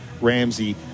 Ramsey